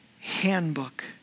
handbook